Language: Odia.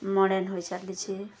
ମଡ଼ର୍ଣ୍ଣ୍ ହୋଇଚାଲିଛି